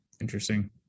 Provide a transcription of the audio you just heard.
Interesting